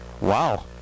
Wow